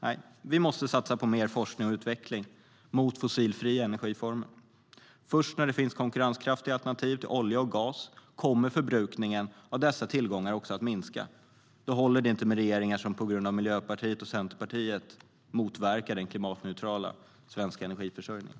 Nej, vi måste satsa på mer forskning och utveckling i fråga om fossilfria energiformer. Först när det finns konkurrenskraftiga alternativ till olja och gas kommer förbrukningen av dessa tillgångar att minska. Då håller det inte med regeringar som på grund av Miljöpartiet och Centerpartiet motverkar den klimatneutrala svenska energiförsörjningen.